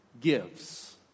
gives